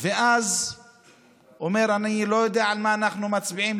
ואז הוא אומר: אני לא יודע על מה אנחנו מצביעים,